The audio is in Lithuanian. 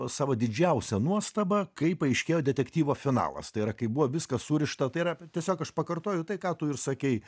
savo didžiausia nuostaba kaip paaiškėjo detektyvo finalas tai yra kaip buvo viskas surišta tai yra tiesiog aš pakartoju tai ką tu ir sakei